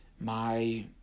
My